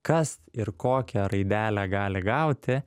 kas ir kokią raidelę gali gauti